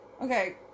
okay